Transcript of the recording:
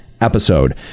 episode